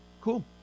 Cool